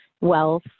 wealth